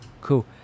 cool